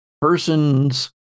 person's